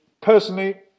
Personally